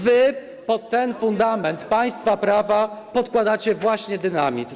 Wy pod ten fundament państwa prawa podkładacie właśnie dynamit.